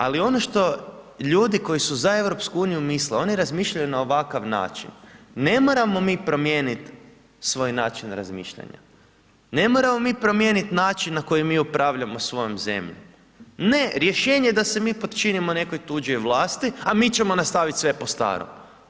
Ali ono što ljudi koji su za EU misle, oni razmišljaju na ovakav način, ne moramo mi promijeniti svoj način razmišljanja, ne moramo mi promijeniti način na koji mi upravljamo svojom zemljom, ne, rješenje je da se mi potčinimo nekoj tuđoj vlasti a mi ćemo nastaviti sve po starom.